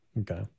Okay